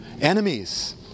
enemies